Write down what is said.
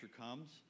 comes